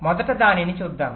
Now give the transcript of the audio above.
మొదట దానిని చూద్దాం